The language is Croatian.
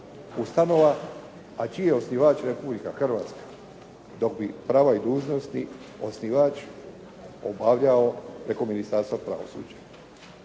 ustanova a čiji je osnivač Republika Hrvatska dok bi prava i dužnosti osnivač obavljao preko Ministarstva pravosuđa.